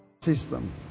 System